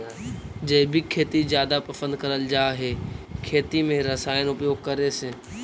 जैविक खेती जादा पसंद करल जा हे खेती में रसायन उपयोग करे से